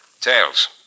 Tails